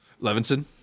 Levinson